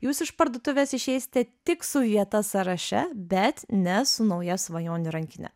jūs iš parduotuvės išeisite tik su vieta sąraše bet ne su nauja svajonių rankine